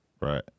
right